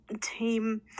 team